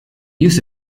use